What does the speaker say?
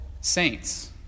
saints